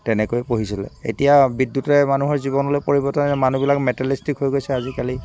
তেনেকৈ পঢ়িছিলে এতিয়া বিদ্যুতে মানুহৰ জীৱনলৈ পৰিবৰ্তন আনি মানুহবিলাক মেটেলিষ্টিক হৈ গৈছে আজিকালি